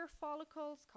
follicles